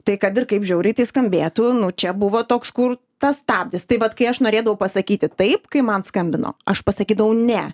tai kad ir kaip žiauriai tai skambėtų nu čia buvo toks kur tas stabdis tai vat kai aš norėdavau pasakyti taip kai man skambino aš pasakydavau ne